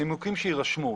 מנימוקים שיירשמו.